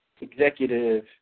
executive